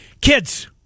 Kids